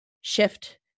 shift